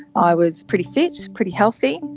i was pretty fit, pretty healthy,